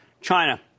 China